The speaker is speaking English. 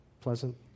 Pleasant